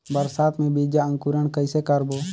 बरसात मे बीजा अंकुरण कइसे करबो?